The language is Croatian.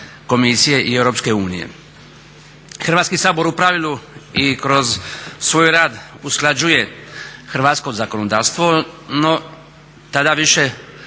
komisije i Europske unije. Hrvatski sabor u pravilu i kroz svoj rad usklađuje hrvatsko zakonodavstvo, no tada više